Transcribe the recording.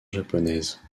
japonaise